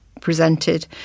presented